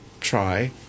try